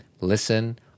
listen